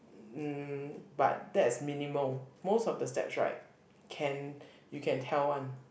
mm but that's minimal most of the steps right can you can tell one